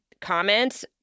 comments